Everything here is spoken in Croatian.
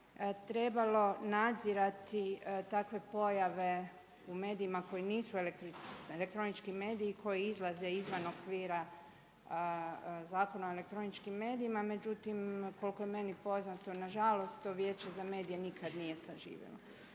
trebalo nadzirati takve pojave u medijima koji nisu elektronički mediji koji izlaze izvan okvira Zakona o elektroničkim medijima međutim koliko je meni poznato nažalost to vijeće za medije nikada nije zaživjelo.